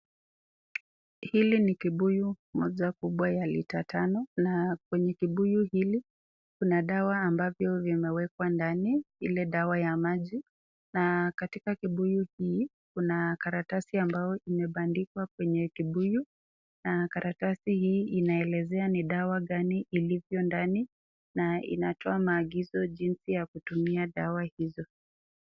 Hili ni kibuyu, moja kubwa ya lita tano, na kwenye kibuyu hili kuna dawa ambavyo vimewekwa ndani, ile dawa ya maji, na katika kibuyu hii, kuna karatasi ambayo imebandikwa kwenye kibuyu, na karatasi hii inaelezea ni dawa gani ilivyo ndani, na inatoa maagizo jinsi ya kutumia dawa hizo.